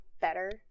better